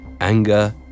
anger